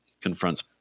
confronts